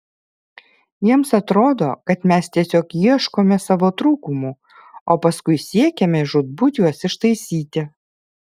jiems atrodo kad mes tiesiog ieškome savo trūkumų o paskui siekiame žūtbūt juos ištaisyti